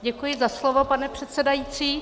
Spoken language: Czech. Děkuji za slovo, pane předsedající.